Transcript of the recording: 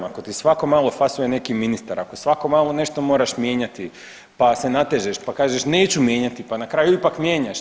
Svako malo fasuje neki ministar, ako svako malo nešto moraš mijenjati, pa se natežeš, pa kažeš neću mijenjati, pa na kraju ipak mijenjaš.